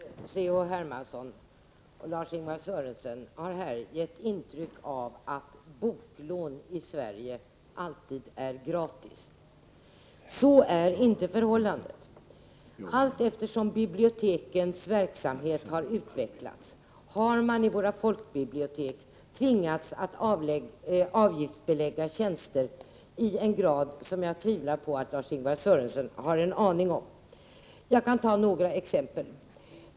Herr talman! Både C.-H. Hermansson och Lars-Ingvar Sörenson har gett intryck av att boklån i Sverige alltid är gratis. Så är inte förhållandet. Allteftersom bibliotekens verksamhet har utvecklats har man i våra folkbibliotek tvingats att avgiftsbelägga tjänster i en grad som jag tvivlar på att Lars-Ingvar Sörenson har en aning om. Jag kan ta några exempel.